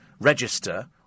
register